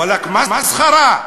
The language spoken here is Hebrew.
וואלכ, מסחרה.